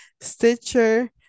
Stitcher